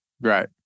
Right